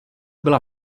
byla